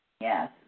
Yes